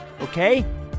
Okay